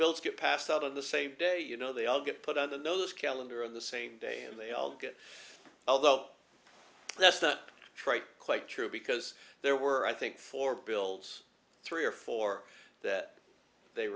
bills get passed out of the same day you know they all get put on those calendar on the same day and they all get although that's the trite quite true because there were i think four bills three or four that they